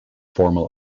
formal